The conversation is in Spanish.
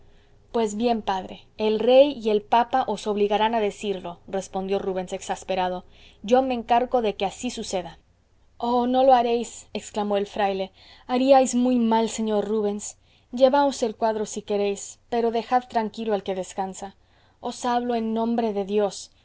pues bien padre el rey y el papa os obligarán á decirlo yo me encargo de que así suceda oh no lo haréis exclamó el fraile haríais muy mal señor rubens llevaos el cuadro si queréis pero dejad tranquilo al que descansa os hablo en nombre de dios